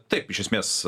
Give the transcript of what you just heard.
taip iš esmės